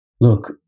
look